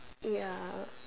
ya